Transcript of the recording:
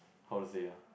how to say ya